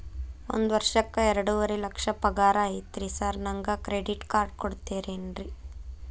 ಒಂದ್ ವರ್ಷಕ್ಕ ಎರಡುವರಿ ಲಕ್ಷ ಪಗಾರ ಐತ್ರಿ ಸಾರ್ ನನ್ಗ ಕ್ರೆಡಿಟ್ ಕಾರ್ಡ್ ಕೊಡ್ತೇರೆನ್ರಿ?